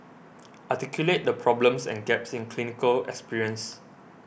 articulate the problems and gaps in clinical experience